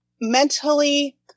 mentally